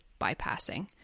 bypassing